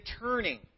turning